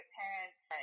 parents